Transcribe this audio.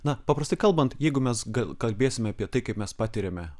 na paprastai kalbant jeigu mes gal kalbėsime apie tai kaip mes patiriame